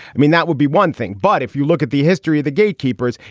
i mean, that would be one thing. but if you look at the history of the gatekeepers,